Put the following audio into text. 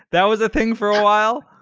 that was a thing for a while.